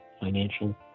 financial